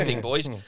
boys